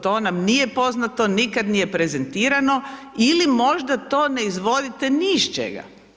To nam nije poznato, nikad nije prezentirano ili možda to ne izvodite ni iz čega.